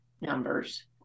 numbers